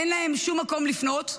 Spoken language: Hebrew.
אין להם שום מקום לפנות אליו,